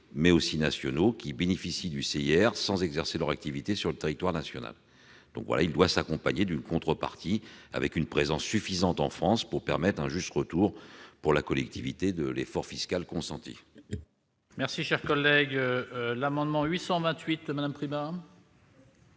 mais aussi nationaux, qui bénéficient du CIR sans exercer leur activité sur le territoire national. Ce crédit d'impôt doit s'accompagner d'une contrepartie, avec une présence suffisante en France pour permettre un juste retour pour la collectivité de l'effort fiscal consenti. L'amendement n° II-828 rectifié,